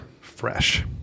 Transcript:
Fresh